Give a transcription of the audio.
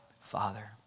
Father